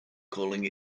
calling